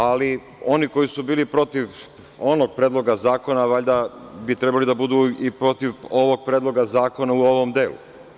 Ali, oni koji su bili protiv onog predloga zakona, valjda bi trebalo da budu protiv ovog predloga zakona u ovom delu.